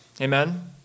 Amen